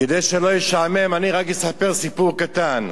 כדי שלא ישעמם אני רק אספר סיפור קטן.